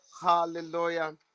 hallelujah